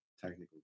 technical